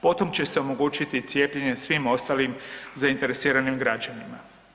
Potom će se omogućiti cijepljenje svim ostalim zainteresiranim građanima.